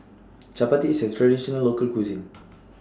Chappati IS A Traditional Local Cuisine